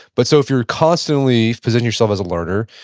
but so if you constantly position yourself as a learner,